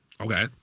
Okay